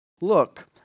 Look